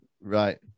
right